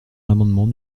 l’amendement